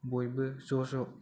बयबो ज' ज'